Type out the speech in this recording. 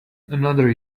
another